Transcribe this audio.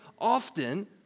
often